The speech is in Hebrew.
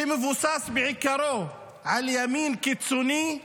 שמבוסס בעיקרו על ימין קיצוני.